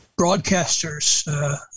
broadcasters